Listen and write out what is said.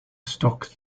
stock